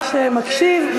שמקשיב,